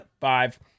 five